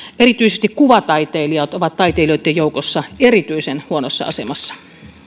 erityisesti kuvataiteilijat ovat taiteilijoitten joukossa erityisen huonossa asemassa